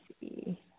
see